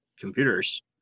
computers